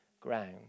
ground